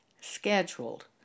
scheduled